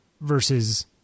versus